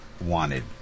wanted